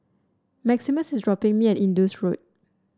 Maximus is dropping me at Indus Road